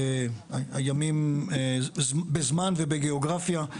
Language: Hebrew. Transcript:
בזמן ובגאוגרפיה,